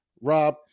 Rob